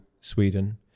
sweden